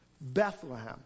Bethlehem